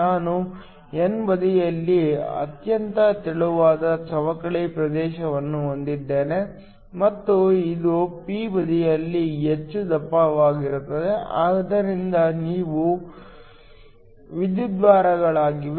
ನಾನು n ಬದಿಯಲ್ಲಿ ಅತ್ಯಂತ ತೆಳುವಾದ ಸವಕಳಿ ಪ್ರದೇಶವನ್ನು ಹೊಂದಿದ್ದೇನೆ ಮತ್ತು ಇದು p ಬದಿಯಲ್ಲಿ ಹೆಚ್ಚು ದಪ್ಪವಾಗಿರುತ್ತದೆ ಆದ್ದರಿಂದ ಇವು ವಿದ್ಯುದ್ವಾರಗಳಾಗಿವೆ